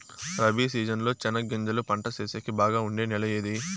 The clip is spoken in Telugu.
రబి సీజన్ లో చెనగగింజలు పంట సేసేకి బాగా ఉండే నెల ఏది?